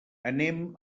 anem